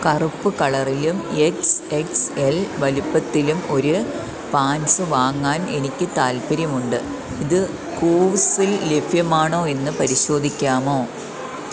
കറുപ്പ് കളറിലും X X L വലുപ്പത്തിലും ഒരു പാൻ്റ്സ് വാങ്ങാൻ എനിക്ക് താൽപ്പര്യമുണ്ട് ഇത് കൂവ്സിൽ ലഭ്യമാണോ എന്ന് പരിശോധിക്കാമോ